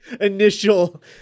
Initial